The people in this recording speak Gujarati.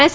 એસ